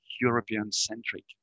European-centric